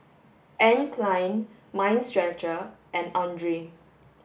Anne Klein Mind Stretcher and Andre